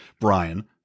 Brian